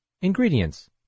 Ingredients